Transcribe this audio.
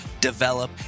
develop